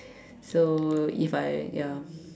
so if I ya